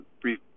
brief